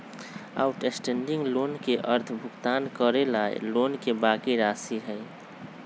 outstanding loan के अर्थ भुगतान करे ला लोन के बाकि राशि हई